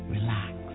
Relax